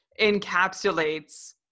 encapsulates